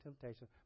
temptation